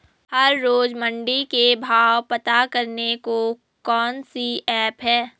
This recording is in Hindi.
हर रोज़ मंडी के भाव पता करने को कौन सी ऐप है?